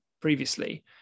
previously